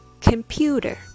Computer